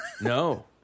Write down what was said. No